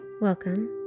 Welcome